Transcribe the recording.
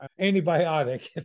antibiotic